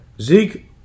Zeke